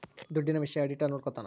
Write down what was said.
ದುಡ್ಡಿನ ವಿಷಯ ಆಡಿಟರ್ ನೋಡ್ಕೊತನ